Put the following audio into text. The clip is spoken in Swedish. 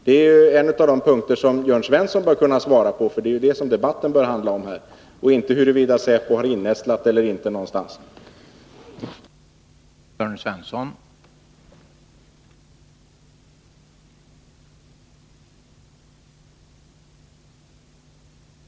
Det är en av de punkter som Jörn Svensson bör kunna svara på, för det är ju detta som debatten här bör handla om och inte om huruvida säpo har innästlat sig någonstans eller inte.